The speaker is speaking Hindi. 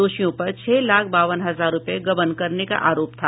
दोषियों पर छह लाख बावन हजार रुपये गबन करने का आरोप था